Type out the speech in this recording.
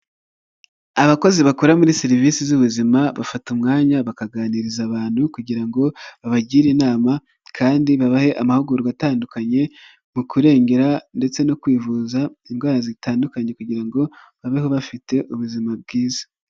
Abakozi bakora muri serivisi z'ubuzima bafata umwanya bakaganiriza abantu kugira ngo babagire inama kandi babahe amahugurwa atandukanye mu kurengera ndetse no kwivuza indwara zitandukanye kugira ngo babeho bafite ubuzima bwiza.